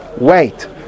wait